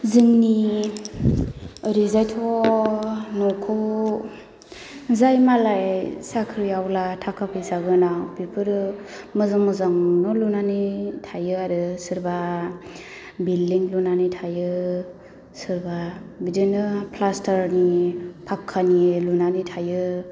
जोंनि ओरैजायथ' न'खौ जाय मालाय साख्रि आवला थाखा फैसा गोनां बेफोरो मोजां मोजां न' लुनानै थायो आरो सोरबा बिल्दिं लुनानै थायो सोरबा बिदिनो फ्लासथारनि फाख्खानि लुनानै थायो